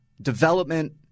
development